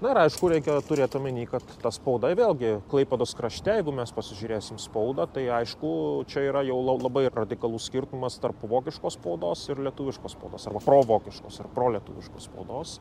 na ir aišku reikia turėt omeny kad ta spauda vėlgi klaipėdos krašte jeigu mes pasižiūrėsim spaudą tai aišku čia yra jau labai radikalus skirtumas tarp vokiškos spaudos ir lietuviškos spaudos arba provokiškos ar prolietuviškos spaudos